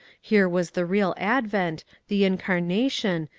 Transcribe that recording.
here was the real advent, the incarnation,